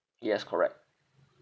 yes correct